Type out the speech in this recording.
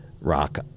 rock